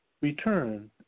return